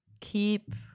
keep